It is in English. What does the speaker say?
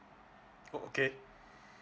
oh okay